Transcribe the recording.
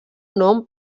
nom